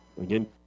Again